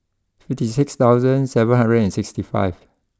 fifty six thousand seven hundred and sixty five